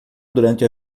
durante